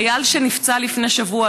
חייל שנפצע לפני שבוע,